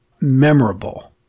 memorable